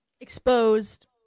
Exposed